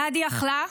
הנאדי אכלה,